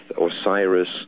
Osiris